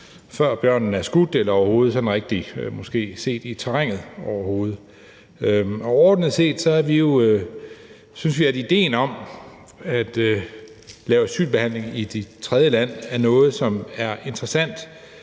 før bjørnen er skudt eller måske overhovedet rigtig er set i terrænet. Overordnet set synes vi, at idéen om at lave asylbehandling i et tredjeland er noget, som er interessant,